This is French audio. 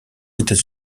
états